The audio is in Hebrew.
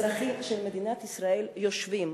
אזרחים של מדינת ישראל יושבים,